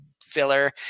filler